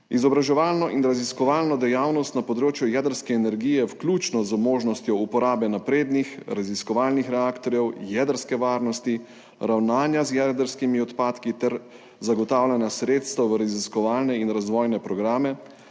izobraževalno in raziskovalno dejavnost na področju jedrske energije, vključno z možnostjo uporabe naprednih raziskovalnih reaktorjev, jedrske varnosti, ravnanja z jedrskimi odpadki ter zagotavljanjem sredstev za raziskovalne in razvojne programe,